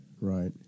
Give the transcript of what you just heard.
Right